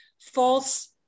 false